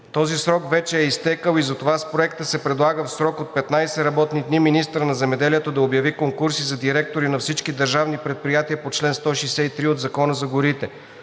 Този срок вече е изтекъл и затова с Проекта се предлага в срок от 15 работни дни министърът на земеделието да обяви конкурси за директори на всички държавни предприятия по чл. 163 от Закона за горите.